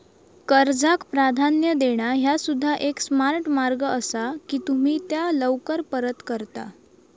कर्जाक प्राधान्य देणा ह्या सुद्धा एक स्मार्ट मार्ग असा की तुम्ही त्या लवकर परत करता